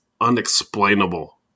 unexplainable